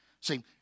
See